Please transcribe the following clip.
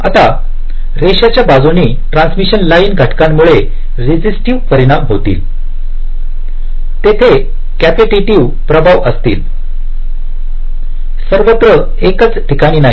आता या रेषेच्या बाजूने ट्रांसमिशन लाइन घटकांमुळे रेसिसटीव्ही परिणाम होतील तेथे कॅपेसिटिव प्रभाव असतील सर्वत्र एकाच ठिकाणी नाही